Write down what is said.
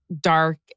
dark